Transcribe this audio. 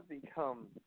become